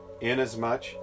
Inasmuch